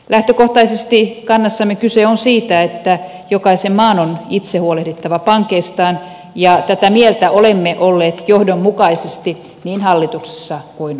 lähtökohtaisesti kannassamme kyse on siitä että jokaisen maan on itse huolehdittava pankeistaan ja tätä mieltä olemme olleet johdonmukaisesti niin hallituksessa kuin oppositiossakin